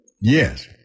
Yes